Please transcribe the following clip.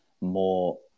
more